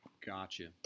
gotcha